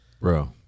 Bro